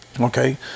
Okay